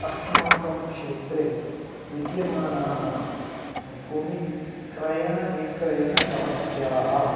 अस्माकं क्षेत्रे विद्यमाना भूमिः क्रयणविक्रयणसमस्याः